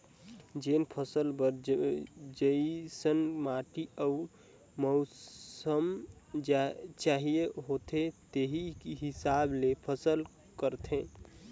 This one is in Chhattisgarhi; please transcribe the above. जेन फसल बर जइसन माटी अउ मउसम चाहिए होथे तेही हिसाब ले फसल करथे